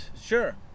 sure